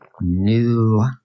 new